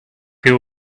you